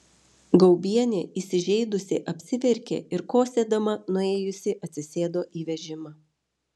gaubienė įsižeidusi apsiverkė ir kosėdama nuėjusi atsisėdo į vežimą